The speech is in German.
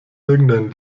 irgendein